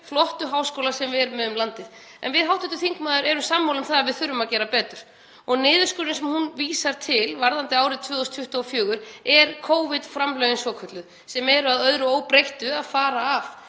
flottu háskóla sem við erum með um landið. En við hv. þingmaður erum sammála um að við þurfum að gera betur. Og niðurskurðurinn sem hún vísar til varðandi árið 2024 eru Covid-framlögin svokölluðu sem eru að öðru óbreyttu að fara af